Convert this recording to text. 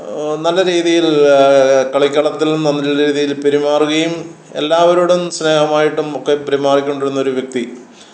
നല്ല രീതിയിൽ കളിക്കളത്തിൽ നല്ല രീതിയിൽ പെരുമാറുകയും എല്ലാവരോടും സ്നേഹമായിട്ടും ഒക്കെ പെരുമാറിക്കൊണ്ടിരുന്നൊരു വ്യക്തി